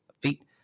feet